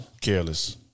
careless